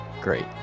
great